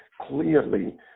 clearly